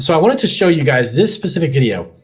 so i wanted to show you guys this specific video.